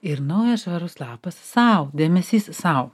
ir naujas švarus lapas sau dėmesys sau